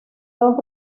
dos